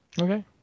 okay